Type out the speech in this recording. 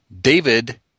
David